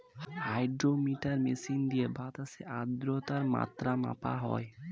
hydrometer machine দিয়ে বাতাসের আদ্রতার মাত্রা মাপা হয়